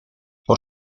por